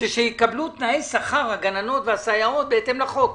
שהגננות והסייעות יקבלו תנאי שכר בהתאם לחוק.